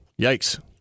yikes